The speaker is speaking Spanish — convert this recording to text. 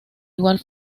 igual